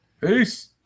Peace